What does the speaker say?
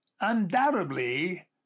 Undoubtedly